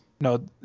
No